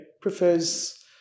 prefers